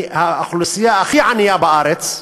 האוכלוסייה הכי ענייה בארץ,